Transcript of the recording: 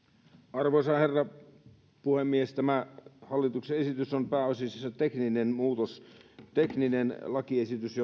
arvoisa herra puhemies tämä hallituksen esitys on pääasiassa tekninen muutos tekninen lakiesitys